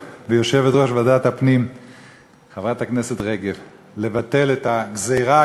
ויושבת-ראש ועדת הפנים חברת הכנסת רגב לבטל את הגזירה